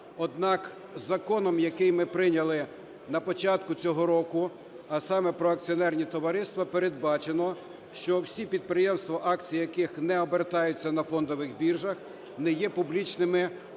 однак законом, який ми прийняли на початку цього року, а саме "Про акціонерні товариства", передбачено, що всі підприємства, акції яких не обертаються на фондових біржах, не є публічними